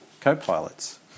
Co-pilots